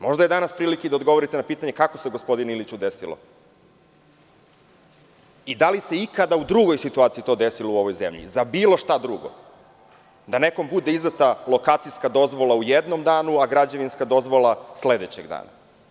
Možda je danas prilika i da odgovorite na pitanje kako se gospodine Iliću desilo i da li se ikada u drugoj situaciji to desilo u ovoj zemlji za bilo šta drugo, da nekom bude izdata lokacijska dozvola u jednom danu, a građevinska dozvola sledećeg dana?